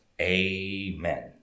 Amen